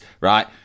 right